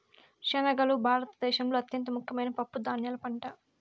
శనగలు భారత దేశంలో అత్యంత ముఖ్యమైన పప్పు ధాన్యాల పంట